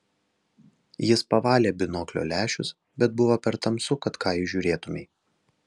jis pavalė binoklio lęšius bet buvo per tamsu kad ką įžiūrėtumei